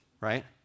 right